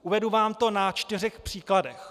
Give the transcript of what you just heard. Uvedu vám to na čtyřech příkladech.